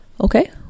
okay